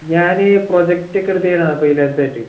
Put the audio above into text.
ഞാൻ പ്രൊജക്ട് ഒക്കെ എടുത്ത് ചെയ്യണതാണ് ഫ്രീലാൻസായിട്ട്